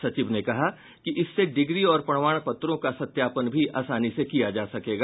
सचिव ने कहा कि इससे डिग्री और प्रमाण पत्रों का सत्यापन भी आसानी से किया जा सकेगा